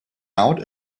out